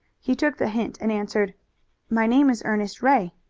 he took the hint and answered my name is ernest ray.